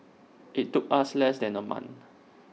IT took us less than A month